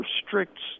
restricts